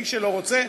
מי שלא רוצה,